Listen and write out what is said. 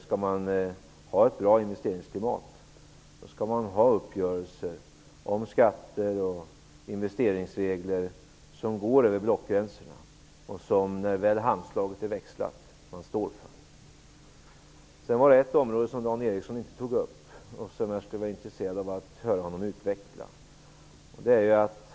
Skall man ha ett bra investeringsklimat skall man ha uppgörelser om skatter och investeringsregler över blockgränserna som man, när väl handslaget är växlat, står för. Det är ett område som Dan Eriksson inte tog upp men som jag skulle vara intresserad av att höra honom utveckla.